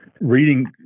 reading